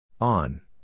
On